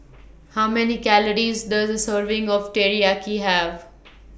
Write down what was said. How Many Calories Does A Serving of Teriyaki Have